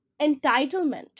entitlement